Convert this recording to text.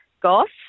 golf